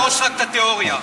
מקום ראשון בשיעורי העוני.